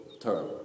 term